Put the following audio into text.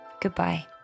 Goodbye